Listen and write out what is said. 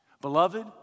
Beloved